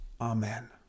Amen